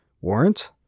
Warrant